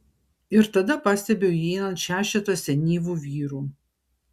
ir tada pastebiu įeinant šešetą senyvų vyrų